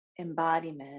embodiment